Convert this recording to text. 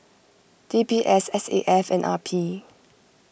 D B S S A F and R P